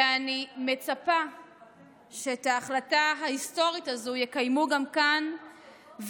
ואני מצפה שאת החלטה ההיסטורית הזו יקיימו גם כאן,